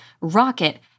ROCKET